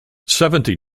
seventy